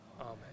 Amen